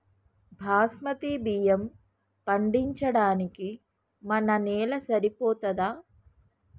బాస్మతి బియ్యం పండించడానికి మన నేల సరిపోతదా?